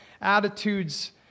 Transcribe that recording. attitudes